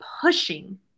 pushing